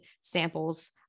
samples